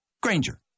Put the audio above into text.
Granger